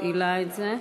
מפעילה את זה.